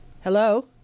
Hello